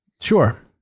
Sure